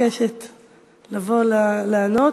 מתבקשת לבוא לענות.